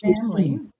family